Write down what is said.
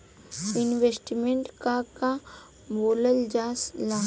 Investment के के बोलल जा ला?